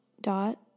dot